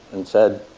and said.